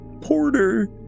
Porter